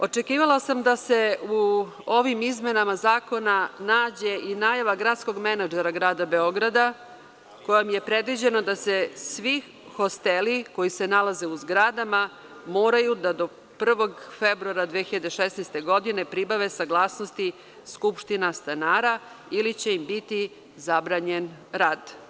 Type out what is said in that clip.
Očekivala sam da se u ovim izmenama zakona nađe i najava gradskog menadžera Grada Beograda kojom je predviđeno da se svi hosteli koji se nalaze u zgradama moraju da do 1. februara 2016. godine pribave saglasnost skupštine stanara ili će im biti zabranjen rad.